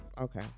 okay